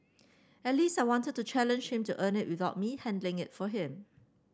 at least I wanted to challenge him to earn it without me handing it for him